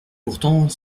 pourtant